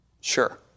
sure